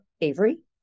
Avery